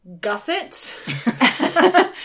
Gusset